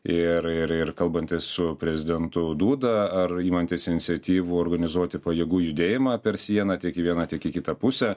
ir ir ir kalbantis su prezidentu dūda ar imantis iniciatyvų organizuoti pajėgų judėjimą per sieną tiek į vieną tiek į kitą pusę